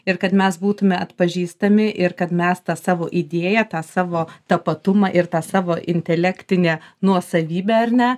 ir kad mes būtume atpažįstami ir kad mes tą savo idėją tą savo tapatumą ir tą savo intelektinę nuosavybę ar ne